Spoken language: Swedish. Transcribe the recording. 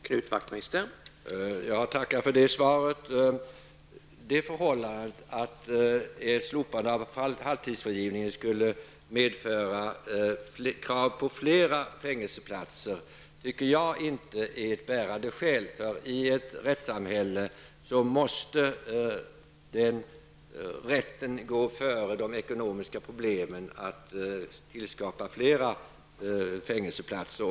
Herr talman! Jag tackar för det svaret. Det förhållandet att slopande av halvtidsfrigivningen skulle medföra krav på flera fängelseplatser tycker jag inte utgör ett bärande skäl. I ett rättssamhälle måste rätten gå före de ekonomiska problemen med att tillskapa flera fängelseplatser.